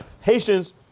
Haitians